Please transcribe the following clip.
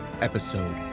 episode